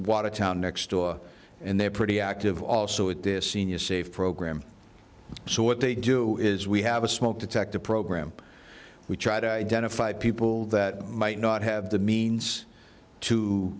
watertown next door and they're pretty active also it is seen as safe program so what they do is we have a smoke detector program we try to identify people that might not have the means to